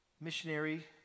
missionary